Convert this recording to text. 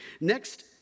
Next